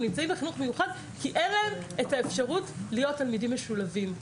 הם נמצאים בחינוך מיוחד כי אין להם את האפשרות להיות תלמידים משולבים.